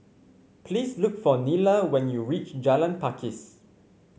please look for Nylah when you reach Jalan Pakis